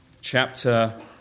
chapter